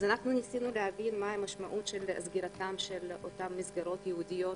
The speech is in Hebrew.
אנחנו ניסינו להבין מה המשמעות של סגירתן של אותן מסגרות ייעודיות,